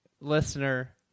Listener